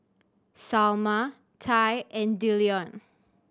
Salma Tye and Dillion